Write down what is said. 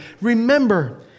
remember